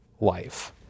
life